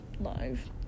Live